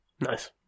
Nice